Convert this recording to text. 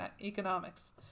economics